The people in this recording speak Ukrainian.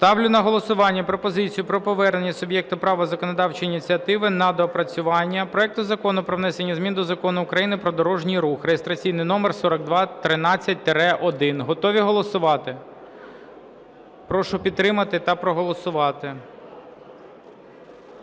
Ставлю на голосування пропозицію про повернення суб'єкту права законодавчої ініціативи на доопрацювання проекту Закону про внесення змін до Закону України "Про дорожній рух" (реєстраційний номер 4213-1). Готові голосувати? Прошу підтримати та проголосувати.